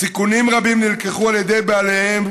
סיכונים רבים נלקחו על ידי בעליהם,